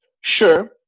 sure